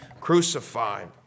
crucified